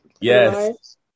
Yes